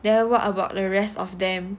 then what about the rest of them